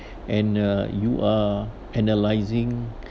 and uh you are analyzing